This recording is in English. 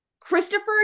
Christopher